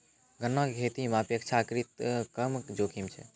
गन्ना के खेती मॅ अपेक्षाकृत कम जोखिम छै